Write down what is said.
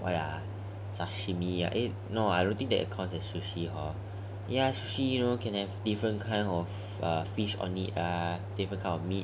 oh ya sashimi ah eh no I don't think that counts as sushi hor